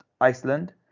Iceland